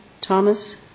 Thomas